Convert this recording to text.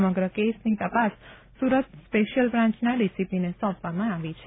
સમગ્ર કેસની તપાસ સુરત સ્પેશિયલ બ્રાંચના ડીસીપીને સોંપવામાં આવી છે